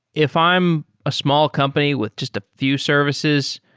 if i'm a small company with just a few services,